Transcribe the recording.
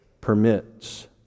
permits